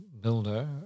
builder